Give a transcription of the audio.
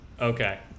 okay